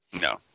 No